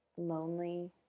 lonely